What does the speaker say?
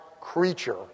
creature